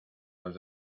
los